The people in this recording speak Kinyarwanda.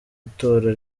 itora